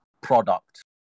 product